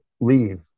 leave